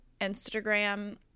Instagram